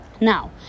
Now